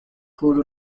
cubre